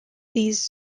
these